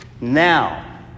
now